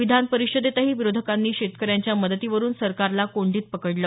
विधान परिषदेतही विरोधकांनी शेतकऱ्यांच्या मदतीवरून सरकारला कोंडीत पकडलं